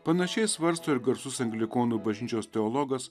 panašiai svarsto ir garsus anglikonų bažnyčios teologas